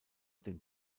den